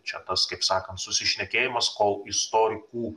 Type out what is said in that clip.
čia tas kaip sakant susišnekėjimas kol istorikų